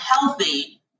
healthy